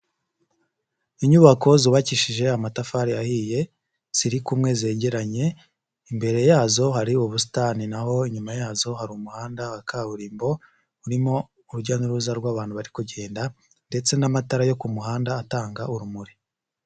Inyubako zubakishije amatafari ahiye ziri kumwe zegeranye, imbere yazo hari ubusitani na ho inyuma yazo hari umuhanda wa kaburimbo urimo urujya n'uruza rw'abantu bari kugenda ndetse n'amatara yo ku muhanda atanga urumuri.